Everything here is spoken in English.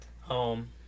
Home